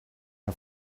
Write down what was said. her